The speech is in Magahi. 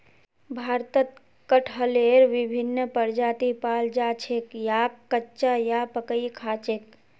भारतत कटहलेर विभिन्न प्रजाति पाल जा छेक याक कच्चा या पकइ खा छेक